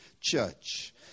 church